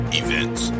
events